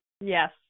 Yes